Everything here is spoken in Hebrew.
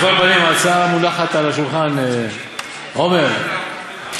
על כל פנים, ההצעה המונחת על השולחן, עמר וחיים.